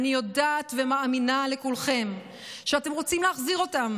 אני יודעת ומאמינה לכולכם שאתם רוצים להחזיר אותם.